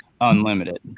unlimited